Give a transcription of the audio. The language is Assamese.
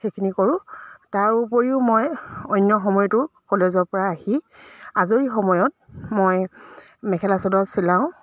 সেইখিনি কৰোঁ তাৰ উপৰিও মই অন্য সময়তো কলেজৰ পৰা আহি আজৰি সময়ত মই মেখেলা চাদৰ চিলাওঁ